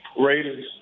Raiders